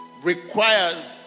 requires